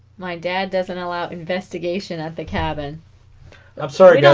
my dad doesn't allow investigation at the cabin i'm sorry you know